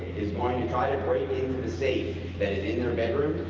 is going to try and break into the safe that is in their bedroom,